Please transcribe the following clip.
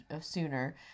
sooner